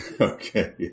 Okay